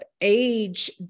age